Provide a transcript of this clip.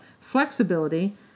flexibility